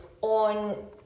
on